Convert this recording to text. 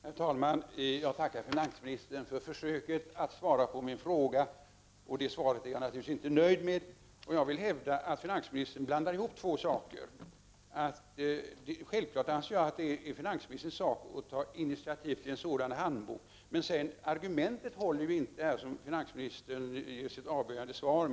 Herr talman! Jag tackar finansministern för hans försök att svara på min fråga, men är naturligtvis inte nöjd med det svaret. Jag vill hävda att finansministern blandar ihop två saker. Självfallet anser jag att det är finansministerns sak att ta initiativ till en sådan handbok. Men finansministerns argument i det avböjande svaret håller ju inte.